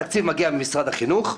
התקציב מגיע ממשרד החינוך,